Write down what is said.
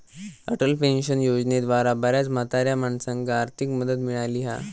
Atal pension योजनेद्वारा बऱ्याच म्हाताऱ्या माणसांका आर्थिक मदत मिळाली हा